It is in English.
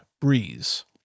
breeze